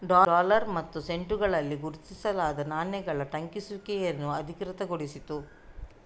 dollar ಮತ್ತು ಸೆಂಟುಗಳಲ್ಲಿ ಗುರುತಿಸಲಾದ ನಾಣ್ಯಗಳ ಟಂಕಿಸುವಿಕೆಯನ್ನು ಅಧಿಕೃತಗೊಳಿಸಿತು